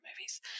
movies